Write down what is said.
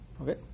Okay